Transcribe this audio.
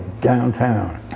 downtown